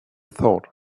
thought